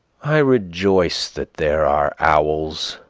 i rejoice that there are owls.